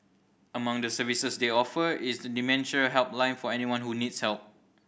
among the services they offer is a dementia helpline for anyone who needs help